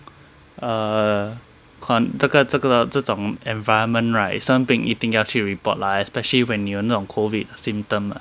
err con~ 这个这个这种 environment right 生病一定要去 report lah especially when 你有那种 COVID symptom ah